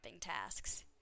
tasks